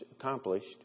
accomplished